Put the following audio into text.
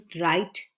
right